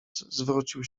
zwrócił